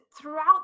throughout